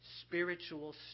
spiritual